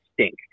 stink